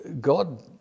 God